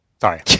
Sorry